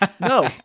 No